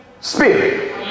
spirit